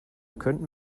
könnten